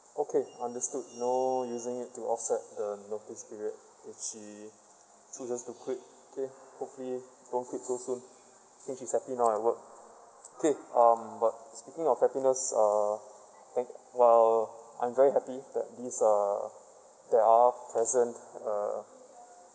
okay understood no using it to offset the notice period if she so just to quick K hopefully don't quit so soon think she's happy now I work K um but speaking of happiness uh thank uh I'm very happy that this uh there are presents uh